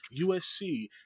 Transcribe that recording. USC